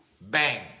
Bang